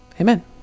Amen